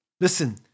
Listen